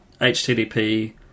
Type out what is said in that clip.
http